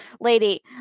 lady